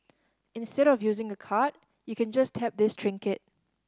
instead of using a card you can just tap this trinket